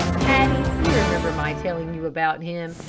hattie you remember my telling you about him.